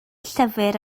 llyfr